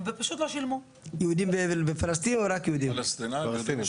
כותב לי שבשנת 2021 נהרגו רק פלסטינים 133. הוא מדבר איתי על בודדים.